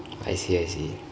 I see I see